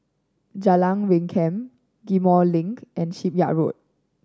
Jalan Rengkam Ghim Moh Link and Shipyard Road